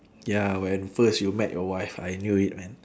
ya when first you met your wife I knew it man